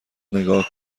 نگاه